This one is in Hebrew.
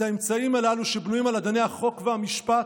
את האמצעים הללו, שבנויים על אדני החוק והמשפט,